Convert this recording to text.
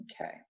Okay